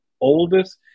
oldest